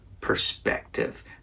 perspective